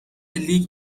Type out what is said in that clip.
لیگ